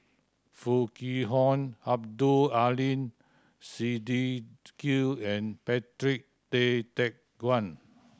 Foo Kwee Horng Abdul Aleem Siddique and Patrick Tay Teck Guan